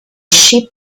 sheep